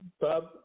Bob